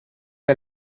era